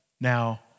now